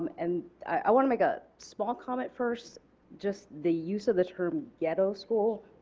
and i want to make a small comment first just the use of the term ghetto school,